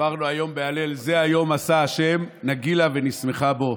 אמרנו היום בהלל: "זה היום עשה ה' נגילה ונשמחה בו".